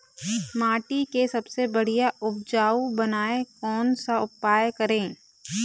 माटी के सबसे बढ़िया उपजाऊ बनाए कोन सा उपाय करें?